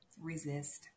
resist